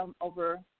over